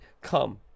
come